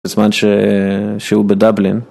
בזמן שהוא בדבלין